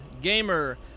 gamer